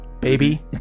Baby